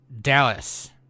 Dallas